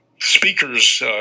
speakers